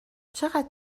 چقدر